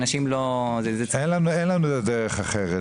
אין לנו דרך אחרת,